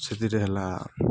ସେଥିରେ ହେଲା